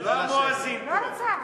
זה לא המואזין פה.